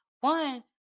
one